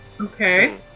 Okay